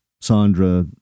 Sandra